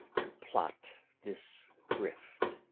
to plot this drift.